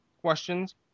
Questions